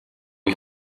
ich